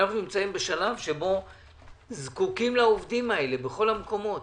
אנחנו נמצאים בשלב שבו זקוקים לעובדים האלה בכל המקומות,